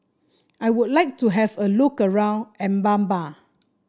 I would like to have a look around Mbabana